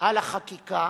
על החקיקה,